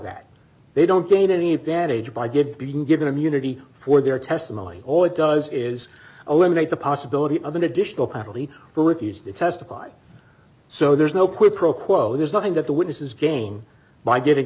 that they don't gain any advantage by good being given immunity for their testimony all it does is eliminate the possibility of an additional patently were refused to testify so there's no quid pro quo there's nothing that the witnesses game by g